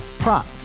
Prop